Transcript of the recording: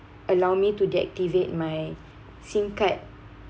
allow me to deactivate my SIM card